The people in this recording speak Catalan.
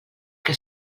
que